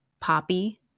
poppy